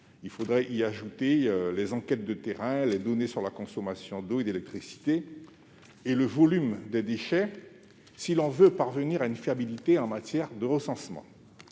il faudrait y ajouter les enquêtes de terrain, les données sur la consommation d'eau et d'électricité et le volume des déchets si l'on veut parvenir à une fiabilité en matière de recensement.